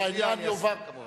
אני אסכים כמובן.